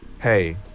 hey